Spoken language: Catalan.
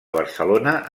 barcelona